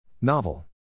Novel